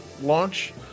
launch